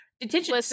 Detention